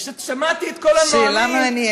פשוט שמעתי את כל הנואמים, שאלה מעניינת.